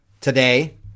today